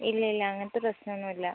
ഇല്ല ഇല്ല അങ്ങനത്തെ പ്രശ്നം ഒന്നുമില്ല